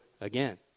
again